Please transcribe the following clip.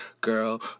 girl